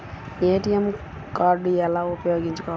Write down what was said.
ATM card ఎలా ఉపయోగించాలి?